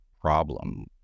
problem